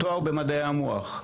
תואר במדעי המוח.